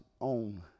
own